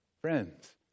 friends